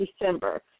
December